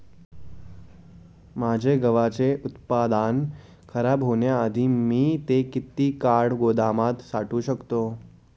माझे गव्हाचे उत्पादन खराब होण्याआधी मी ते किती काळ गोदामात साठवू शकतो?